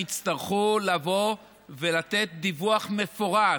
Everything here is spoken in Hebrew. יצטרכו לבוא ולתת דיווח מפורט.